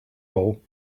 all